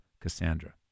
Cassandra